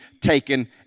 taken